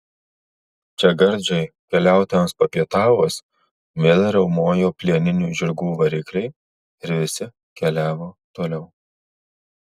čia gardžiai keliautojams papietavus vėl riaumojo plieninių žirgų varikliai ir visi keliavo toliau